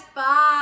Bye